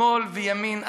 שמאל וימין,